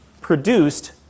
produced